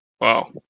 Wow